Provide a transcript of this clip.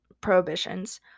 prohibitions